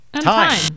Time